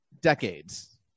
decades